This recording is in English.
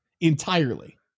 entirely